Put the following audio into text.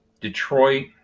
Detroit